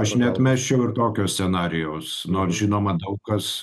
aš neatmesčiau ir tokio scenarijaus nors žinoma daug kas